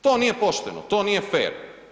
To nije pošteno, to nije fer.